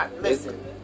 Listen